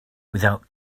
without